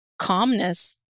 calmness